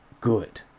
good